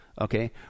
okay